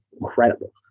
incredible